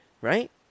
right